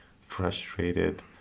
frustrated